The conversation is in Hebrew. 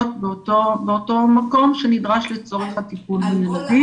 באותו מקום שנדרש לצורך הטיפול בילדים.